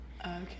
Okay